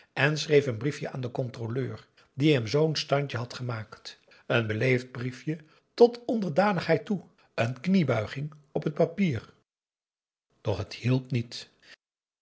schreef een briefje aan den controleur die hem zoo'n standje had gemaakt een beleefd briefje tot onderdanigheid toe een kniebuiging op t papier doch het hielp niet